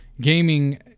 gaming